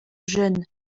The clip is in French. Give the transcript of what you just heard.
jeunes